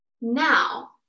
Now